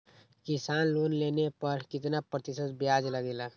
किसान लोन लेने पर कितना प्रतिशत ब्याज लगेगा?